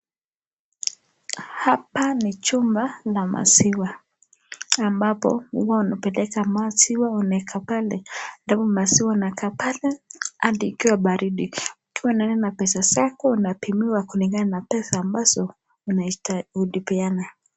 Hapa ni chumba la maziwa. Ambako huwa wanapeleka maziwa wanaweka pale . Alafu maziwa inakaa pale hadi ikiwa baridi . Hukiwa nayo na pesa zako unapewa kulingana na pesa ulipeana.